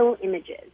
images